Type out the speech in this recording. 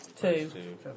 Two